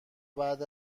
بعد